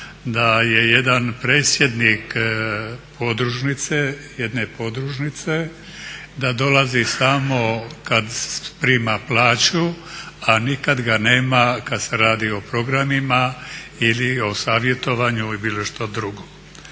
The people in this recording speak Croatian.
da je jedan predsjednik podružnice, jedne podružnice da dolazi samo kad prima plaću, a nikad ga nema kad se radi o programima ili o savjetovanju i bilo što drugo.